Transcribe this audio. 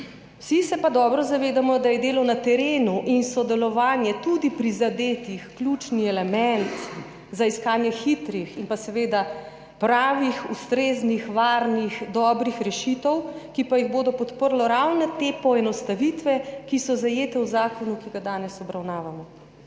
Vsi se pa dobro zavedamo, da je delo na terenu in sodelovanje tudi prizadetih ključni element za iskanje hitrih in seveda pravih, ustreznih, varnih, dobrih rešitev, ki pa jih bodo podprle ravno te poenostavitve, ki so zajete v zakonu, ki ga danes obravnavamo.